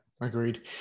agreed